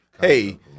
hey